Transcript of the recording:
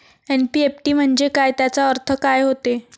NEFT म्हंजे काय, त्याचा अर्थ काय होते?